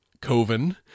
Coven